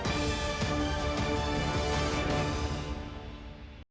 дякую.